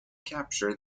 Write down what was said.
capture